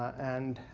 and,